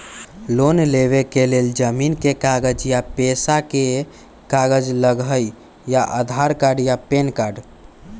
Loan लेवेके लेल जमीन के कागज या पेशा के कागज लगहई या आधार कार्ड या पेन कार्ड?